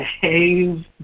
behave